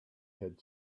had